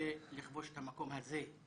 רוצה לכבוש את המקום הזה.